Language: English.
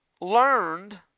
learned